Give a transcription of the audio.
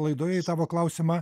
laidoje į savo klausimą